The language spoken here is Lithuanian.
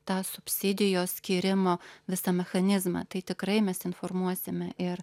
tą subsidijos skyrimo visą mechanizmą tai tikrai mes informuosime ir